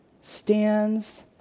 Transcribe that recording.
stands